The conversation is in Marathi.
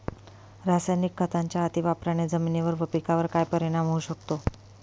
रासायनिक खतांच्या अतिवापराने जमिनीवर व पिकावर काय परिणाम होऊ शकतो?